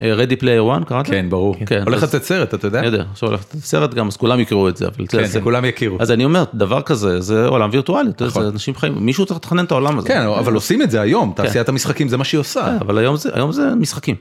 רדי פלייר 1 קראתי? כן ברור. הולך לצאת סרט את יודעת? עכשיו הולך לצאת סרט גם אז כולם יכירו את זה. אז אני אומרת דבר כזה זה עולם וירטואלית, זה אנשים בחיים, מישהו צריך לתכנן את העולם הזה. כן אבל עושים את זה היום, תעשיית המשחקים זה מה שהיא עושה. כן אבל היום זה משחקים.